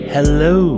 Hello